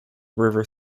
river